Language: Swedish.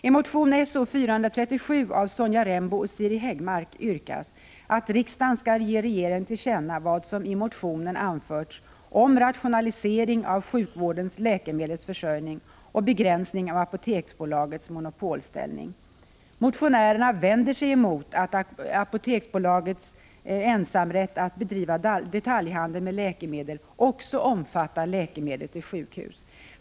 I motion §0437 av Sonja Rembo och Siri Häggmark yrkas att riksdagen skall ge regeringen till känna vad som i motionen anförts om rationalisering av sjukvårdens läkemedelsförsörjning och begränsning av Apoteksbolagets monopolställning. Motionärerna vänder sig emot att Apoteksbolagets ensamrätt att bedriva detaljhandel med läkemedel också omfattar läkemedel till sjukhus.